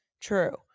True